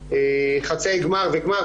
חצאי גמר וגמר,